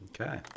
Okay